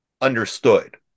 understood